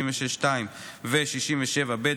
66(2) ו-67(ב),